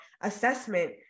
assessment